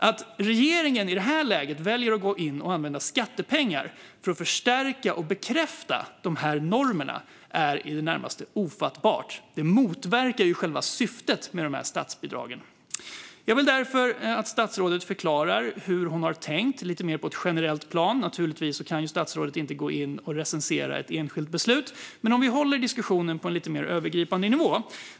Att regeringen i det här läget väljer att använda skattepengar för att förstärka och bekräfta dessa normer är i det närmaste ofattbart. Det motverkar ju själva syftet med statsbidragen. Jag vill därför att statsrådet förklarar hur hon har tänkt på ett lite mer generellt plan. Naturligtvis kan statsrådet inte gå in och recensera ett enskilt beslut, men låt oss hålla diskussionen på en övergripande nivå.